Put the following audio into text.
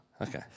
Okay